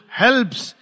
helps